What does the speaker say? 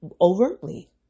overtly